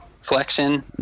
flexion